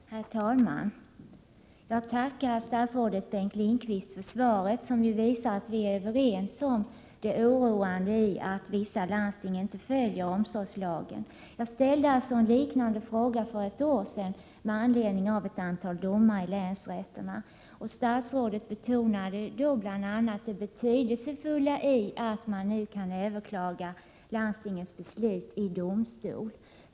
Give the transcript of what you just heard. Herr talman! Jag tackar statsrådet Bengt Lindqvist för svaret, som ju visar att vi är överens om det oroande i att vissa landsting inte följer omsorgslagen. Jag ställde en liknande fråga för ett år sedan med anledning av ett antal domar i länsrätterna. Statsrådet Lindqvist betonade då bl.a. det betydelsefulla i att man nu kan överklaga landstingens beslut i domstol.